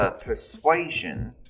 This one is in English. persuasion